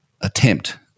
attempt